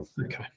Okay